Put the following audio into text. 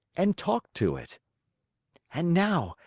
and talked to it and now,